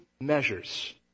measures